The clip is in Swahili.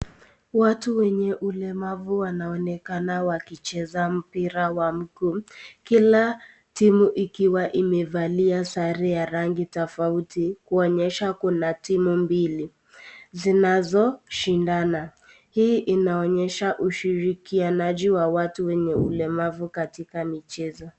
Watu wenye ulemavu wanaonekana wakicheza mpria wa mguu, kila timu ikiwa imevalia sare ya rangi tofauti, kuonyesha kuna timu mbili zinazoshindana. Hii inaonyesha ushirikianaji wa watu wenye ulemavu katika michezo.